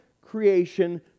creation